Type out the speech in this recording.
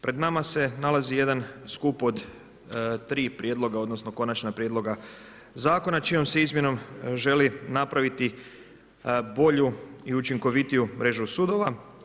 Pred nama se nalazi jedan skup od tri prijedloga, odnosno konačna prijedloga zakona čijom se izmjenom želi napraviti bolju i učinkovitiju mrežu sudova.